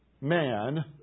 man